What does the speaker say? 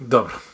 Dobro